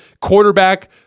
Quarterback